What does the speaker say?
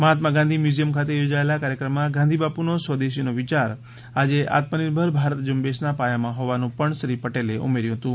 મહાત્મા Gandhi museum ખાતે યોજાયેલા કાર્યક્રમમાં ગાંધી બાપુનો સ્વદેશીનો વિચાર આજે આત્મનિર્ભર ભારત ઝુંબેશના પાયામાં હોવાનું પણ શ્રી પટેલે ઉમેર્યું હતું